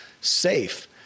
safe